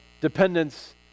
dependence